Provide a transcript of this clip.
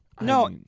No